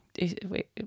Wait